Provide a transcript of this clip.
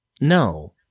No